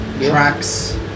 tracks